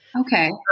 Okay